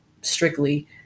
strictly